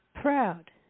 proud